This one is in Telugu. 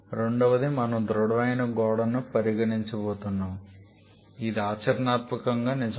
రెండవది మనము దృడమైన గోడను పరిగణించబోతున్నాము ఇది ఆచరణాత్మకంగా నిజం